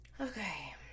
Okay